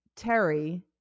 Terry